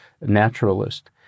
naturalist